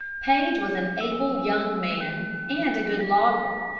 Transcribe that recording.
paige was an able young man and a good lawyer,